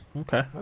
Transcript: Okay